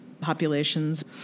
populations